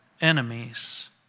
enemies